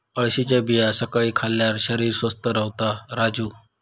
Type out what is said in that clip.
अळशीच्या बिया सकाळी खाल्ल्यार शरीर स्वस्थ रव्हता राजू